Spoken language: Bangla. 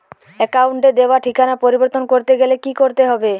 অ্যাকাউন্টে দেওয়া ঠিকানা পরিবর্তন করতে গেলে কি করতে হবে?